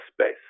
space